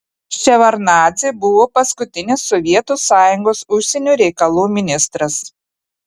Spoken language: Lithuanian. ševardnadzė buvo paskutinis sovietų sąjungos užsienio reikalų ministras